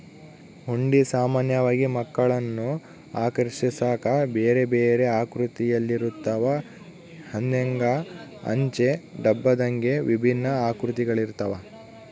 ಹುಂಡಿ ಸಾಮಾನ್ಯವಾಗಿ ಮಕ್ಕಳನ್ನು ಆಕರ್ಷಿಸಾಕ ಬೇರೆಬೇರೆ ಆಕೃತಿಯಲ್ಲಿರುತ್ತವ, ಹಂದೆಂಗ, ಅಂಚೆ ಡಬ್ಬದಂಗೆ ವಿಭಿನ್ನ ಆಕೃತಿಗಳಿರ್ತವ